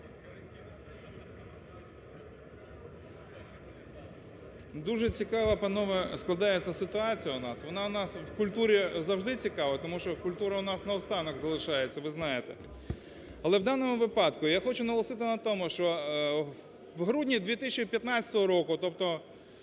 Дуже цікава, панове, складається ситуація у нас. Вона в нас в культурі завжди цікава, тому що культура у нас наостанок залишається, ви знаєте. Але в даному випадку я хочу наголосити на тому, що в грудні 2015 року, тобто